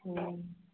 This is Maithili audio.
हूँ